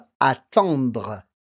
attendre